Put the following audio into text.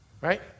Right